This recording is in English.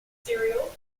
cereal